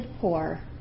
poor